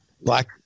black